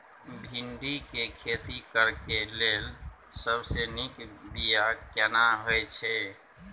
भिंडी के खेती करेक लैल सबसे नीक बिया केना होय छै?